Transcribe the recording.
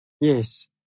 Yes